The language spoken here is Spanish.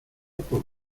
por